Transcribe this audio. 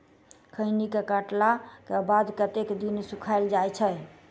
खैनी केँ काटला केँ बाद कतेक दिन सुखाइल जाय छैय?